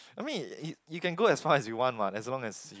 I mean you you can go as far as you want what as long as you